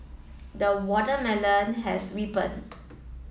the watermelon has ripened